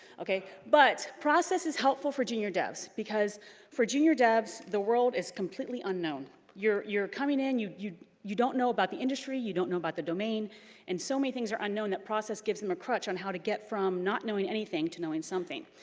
okay? but process is helpful for junior devs because for junior devs, the world is completely unknown. you're you're coming in, you you don't know about the industry. you don't know about the domain and so many things are unknown, that process gives them a crutch on how to get from not knowing anything, to knowing something.